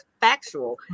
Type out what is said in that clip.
factual